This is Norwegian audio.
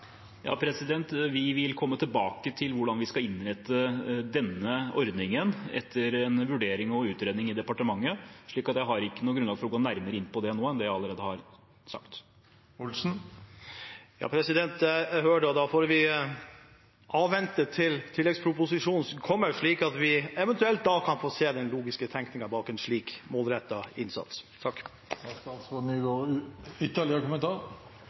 Vi vil komme tilbake til hvordan vi skal innrette denne ordningen etter en vurdering og utredning i departementet, så jeg har ikke noe grunnlag for å gå nærmere inn på det nå enn det jeg allerede har sagt. Jeg hører det, og da får vi avvente til tilleggsproposisjonen kommer, slik at vi eventuelt da kan få se den logiske tenkningen bak en slik målrettet innsats. Har statsråd Nygård ytterligere